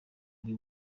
ari